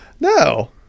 No